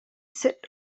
set